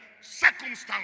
circumstances